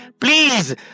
Please